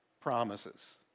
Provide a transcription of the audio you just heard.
promises